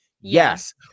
Yes